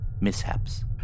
mishaps